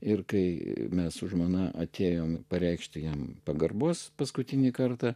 ir kai mes su žmona atėjome pareikšti jam pagarbos paskutinį kartą